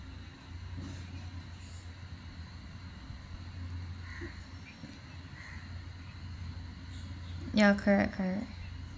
ya correct correct